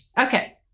Okay